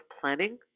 planning